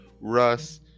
Russ